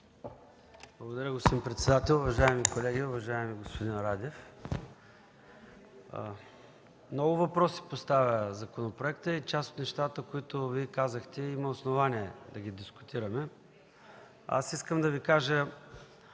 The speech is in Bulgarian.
Благодаря, господин председател. Уважаеми колеги! Уважаеми господин Радев, много въпроси поставя законопроектът и част от нещата, които казахте, има основание да ги дискутираме. Искам да кажа,